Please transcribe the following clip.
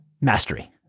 mastery